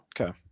Okay